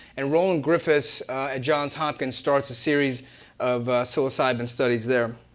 and roland griffiths at john hopkins starts a series of psilocybin studies there.